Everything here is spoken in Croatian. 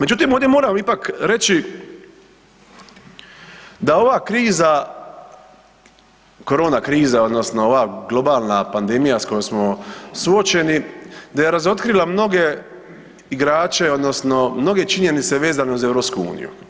Međutim, ovdje moramo ipak reći da ova kriza korona kriza odnosno ova globalna pandemija s kojom smo suočeni da je razotkrila mnoge igrače odnosno mnoge činjenice vezane uz EU.